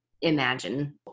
imagine